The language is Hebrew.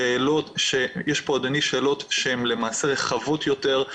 שאלות שהן למעשה רחבות יותר,